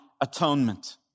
atonement